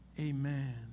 Amen